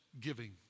giving